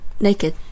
naked